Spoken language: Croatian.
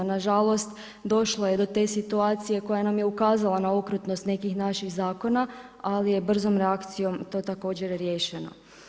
Nažalost, došlo je do te situacije koja nam je ukazala na okrutnost nekih naših zakona ali je brzom reakcijom to također riješeno.